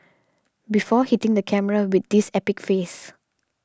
before hitting the camera with this epic face